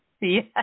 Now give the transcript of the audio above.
Yes